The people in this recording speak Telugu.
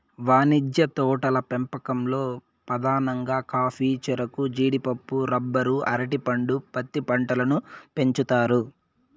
వాణిజ్య తోటల పెంపకంలో పధానంగా కాఫీ, చెరకు, జీడిపప్పు, రబ్బరు, అరటి పండు, పత్తి పంటలను పెంచుతారు